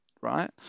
right